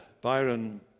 Byron